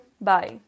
Bye